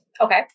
Okay